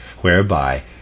whereby